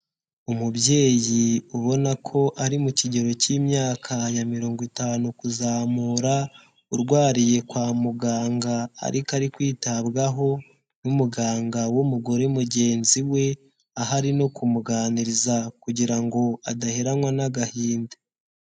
Umubyeyi ubona ko ari mu kigero cy'imyaka ya mirongo itanu kuzamura, urwariye kwa muganga ariko ari kwitabwaho n'umuganga w'umugore mugenzi we, aho ari no kumuganiriza kugira ngo adaheranwa n'agahinda.